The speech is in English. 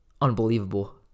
unbelievable